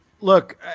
Look